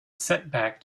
setback